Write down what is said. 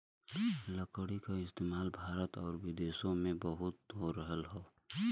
लकड़ी क इस्तेमाल भारत आउर विदेसो में बहुत हो रहल हौ